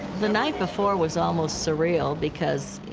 the night before was almost surreal because,